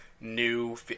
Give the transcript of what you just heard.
new